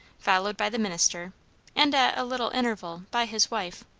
followed by the minister and, at a little interval, by his wife.